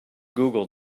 google